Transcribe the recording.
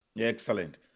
Excellent